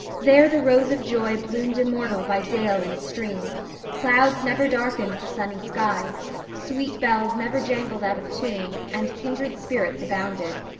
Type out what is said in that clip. there the rose of joy bloomed immortal by dale and stream clouds never darkened the sunny sky sweet bells never jangled out of tune and kindred spirits abounded.